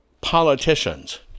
politicians